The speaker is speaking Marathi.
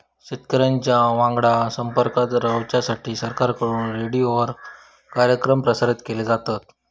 शेतकऱ्यांच्या वांगडा संपर्कात रवाच्यासाठी सरकारकडून रेडीओवर कार्यक्रम प्रसारित केले जातत